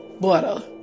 butter